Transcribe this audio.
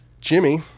Jimmy